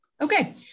Okay